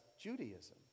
Judaism